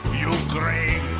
Ukraine